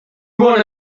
wanna